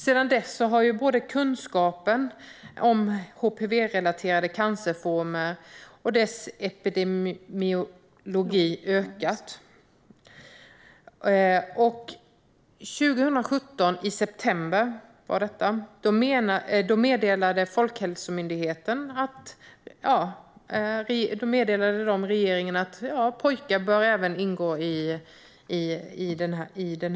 Sedan dess har kunskapen om HPV-relaterade cancerformer och deras epidemiologi ökat. I september 2017 meddelade Folkhälsomyndigheten regeringen att även pojkar bör få vaccinet.